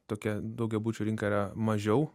tokia daugiabučių rinka yra mažiau